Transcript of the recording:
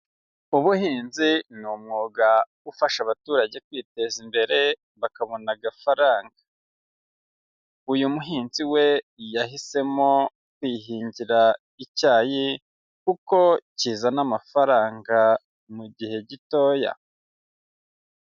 Ubuhinzi ni umwuga ufasha abaturage kwiteza imbere bakabona agafaranga, uyu muhinzi we yahisemo kwihingira icyayi kuko kizana amafaranga mu gihe gitoya.